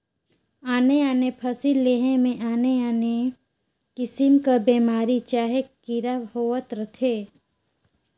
आने आने फसिल लेहे में आने आने किसिम कर बेमारी चहे कीरा होवत रहथें